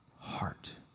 heart